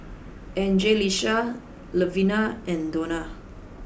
Anjelica Levina and Donna